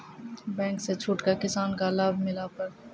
Bank से छूट का किसान का लाभ मिला पर?